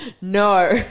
No